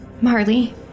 Marley